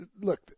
look